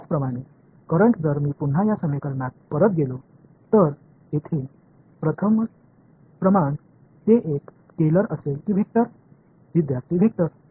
இதேபோல் நான் மீண்டும் இந்த சமன்பாட்டிற்குச் சென்றால் மின்னோட்டதில் இங்கே உள்ள முதல் அளவு ஒரு ஸ்கேலாரா அல்லது வெக்டரா